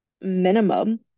minimum